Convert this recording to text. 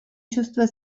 чувство